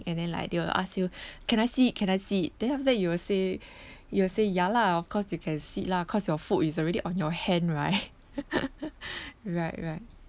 and then like they will ask you can I sit can I sit then after that you will say you will say ya lah of course you can sit lah cause your food is already on your hand right right right